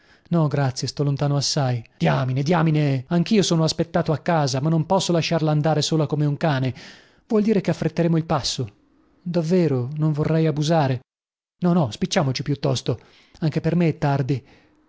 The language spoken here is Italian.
no grazie sto lontano assai diamine diamine anchio sono aspettato a casa ma non posso lasciarla andare sola come un cane vuol dire che affretteremo il passo davvero non vorrei abusare no no spicciamoci piuttosto anche per me è tardi